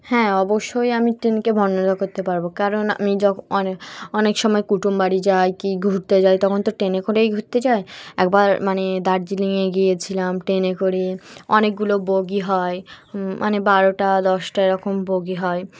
হ্যাঁ অবশ্যই আমি ট্রেনকে বর্ণনা করতে পারবো কারণ আমি যখন অনেক অনেক সময় কুটুমবাড়ি যাই কি ঘুরতে যাই তখন তো ট্রেনে করেই ঘুরতে যাই একবার মানে দার্জিলিংয়ে গিয়েছিলাম ট্রেনে করে অনেকগুলো বগি হয় মানে বারোটা দশটা এরকম বগি হয়